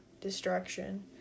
destruction